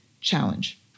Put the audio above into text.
challenge